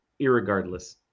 irregardless